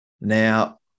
Now